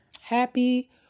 Happy